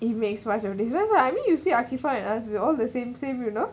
it makes much of difference lah I mean you see I can find in us we're all the same same you know